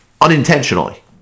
unintentionally